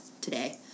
today